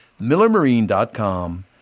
millermarine.com